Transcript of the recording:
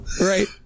Right